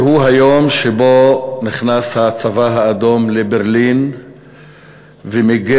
והוא היום שבו נכנס הצבא האדום לברלין ומיגר